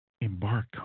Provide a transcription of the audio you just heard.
embark